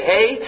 Hey